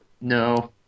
No